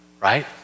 right